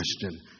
question